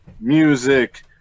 music